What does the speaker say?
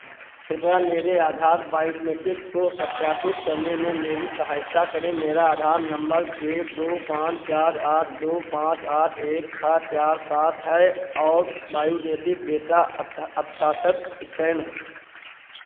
कृपया मेरे आधार बायोमीट्रिक को सत्यापित करने में मेरी सहायता करें मेरा आधार नम्बर एक दो पाँच चार आठ दो पाँच आठ एक छह चार सात है और बायोमीट्रिक डेटा स्कैन है